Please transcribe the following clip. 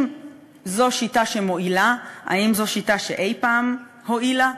זו שיטה שמועילה, אם זו שיטה שאי-פעם הועילה.